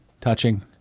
touching